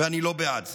ואני לא בעד זה.